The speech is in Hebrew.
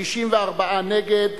64 נגד,